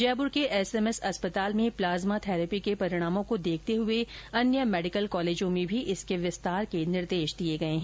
जयपुर के एमसएमएस अस्पताल में प्लाज्मा थेरेपी के परिणामों को देखते हुए अन्य मेडिकल कॉलेजों में भी इसके विस्तार के निर्देश दिए गए हैं